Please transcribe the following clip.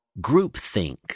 groupthink